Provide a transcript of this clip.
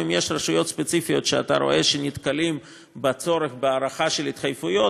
אם יש רשויות ספציפיות שאתה רואה שנתקלות בצורך בהארכה של התחייבויות,